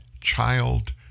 Child